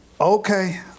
okay